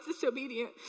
disobedient